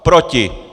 Proti!